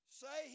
say